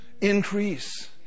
Increase